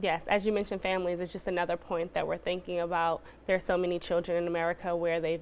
yes as you mentioned families is just another point that we're thinking about there are so many children in america where they've